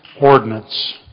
ordinance